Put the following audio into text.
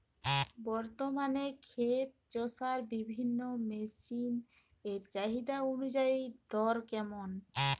বর্তমানে ক্ষেত চষার বিভিন্ন মেশিন এর চাহিদা অনুযায়ী দর কেমন?